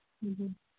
ꯎꯝ ꯎꯝ